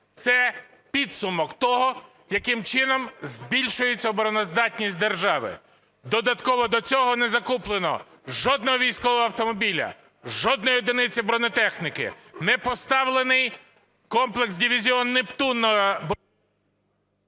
Це підсумок того, яким збільшується обороноздатність держави. Додатково до цього не закуплено жодного військового автомобіля, жодної одиниці бронетехніки, не поставлений комплекс дивізіон "Нептун"